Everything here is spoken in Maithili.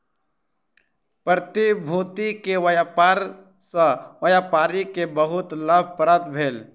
प्रतिभूति के व्यापार सॅ व्यापारी के बहुत लाभ प्राप्त भेल